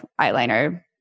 eyeliner